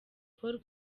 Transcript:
paul